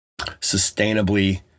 sustainably